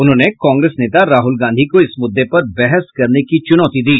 उन्होंने कांग्रेस नेता राहुल गांधी को इस मुद्दे पर बहस करने की चुनौती दी